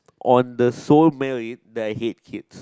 on the sole married that I hate kids